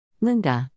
Linda